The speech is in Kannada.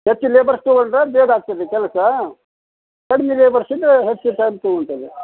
ಹೆಚ್ಚು ಲೇಬರ್ಸ್ ತೊಗೊಂಡರೆ ಬೇಗ ಆಗ್ತದೆ ಕೆಲಸ ಕಡಿಮೆ ಲೇಬರ್ಸ್ ಇದ್ದರೆ ಹೆಚ್ಚು ಟೈಮ್ ತೊಗೊಂತದೆ